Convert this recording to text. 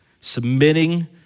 submitting